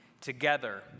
together